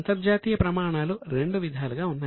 అంతర్జాతీయ ప్రమాణాలు 2 విధాలుగా ఉన్నాయి